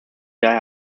daher